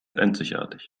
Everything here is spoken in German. einzigartig